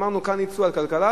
אמרנו: כאן יצאו על כלכלה,